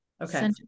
Okay